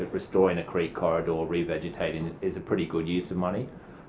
ah restoring a creek corridor, revegetating, is a pretty good use of money.